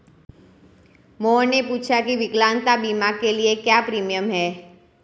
मोहन ने पूछा की विकलांगता बीमा के लिए क्या प्रीमियम है?